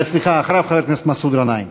סליחה, אחריו חבר הכנסת מסעוד גנאים.